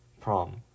prom